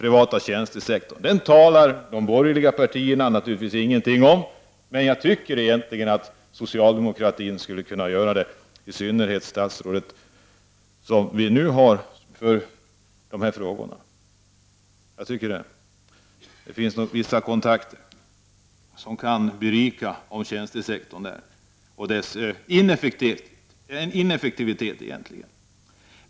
Detta säger de borgerliga partierna naturligtvis ingenting om, men jag tycker att man på socialdemokratiskt håll skulle kunna göra det, i synnerhet det statsråd vi nu har för dessa frågor. Vissa kontakter skulle nog kunna berika tjänstesektorn och motverka dess ineffektivitet.